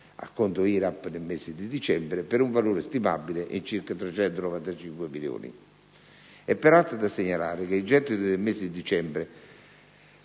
(acconto IRAP, nel mese di dicembre), per un valore stimabile in circa 395 milioni di euro. È, peraltro, da segnalare che il gettito del mese di dicembre